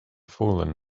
fallen